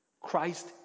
Christ